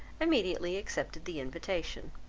immediately accepted the invitation